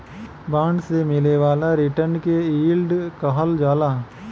bond से मिले वाला रिटर्न के यील्ड कहल जाला